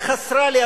רק חסרה לי,